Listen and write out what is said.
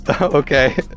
Okay